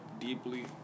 deeply